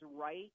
right